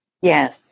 Yes